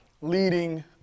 leading